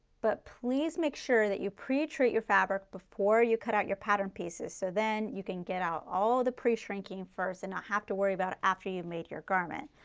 but please make sure that pre-treat your fabric before you cut out your pattern pieces. so then you can get out all the pre-shrinking first and not have to worry about after you made your garment.